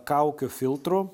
kaukių filtrų